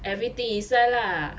everything inside lah